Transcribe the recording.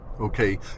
Okay